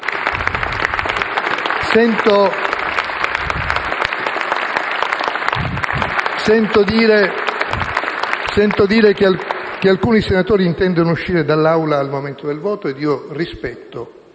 Sento dire che alcuni senatori intendono uscire dall'Aula al momento del voto ed io rispetto